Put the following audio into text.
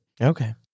Okay